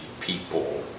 people